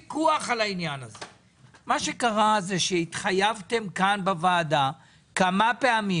מה שקרה זה שהתחייבתם בוועדה כמה פעמים